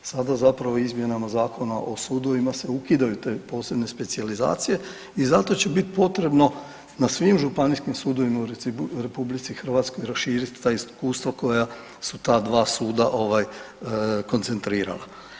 Sada zapravo izmjenama Zakona o sudovima se ukidaju te posebne specijalizacije i zato će bit potrebno na svim županijskim sudovima u Republici Hrvatskoj raširiti ta iskustva koja su ta dva suda koncentrirala.